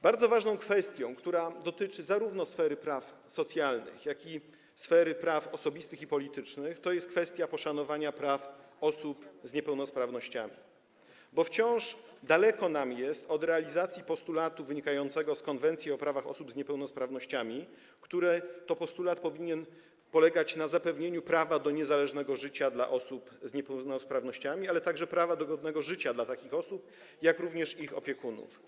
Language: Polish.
Bardzo ważną kwestią, która dotyczy zarówno sfery praw socjalnych, jak i sfery praw osobistych i politycznych, jest kwestia poszanowania praw osób z niepełnosprawnościami, bo wciąż daleko nam jest do realizacji postulatu wynikającego z konwencji o prawach osób z niepełnosprawnościami, która to realizacja powinna polegać na zapewnianiu prawa do niezależnego życia osobom z niepełnosprawnościami, ale także prawa do godnego życia takim osobom, jak również ich opiekunom.